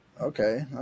Okay